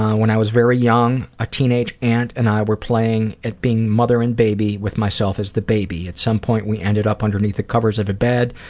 when i was very young, a teenage aunt and i were playing at being mother and baby with myself as the baby. at some point, we ended up underneath the covers of a bed,